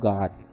God